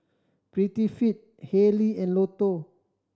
Prettyfit Haylee and Lotto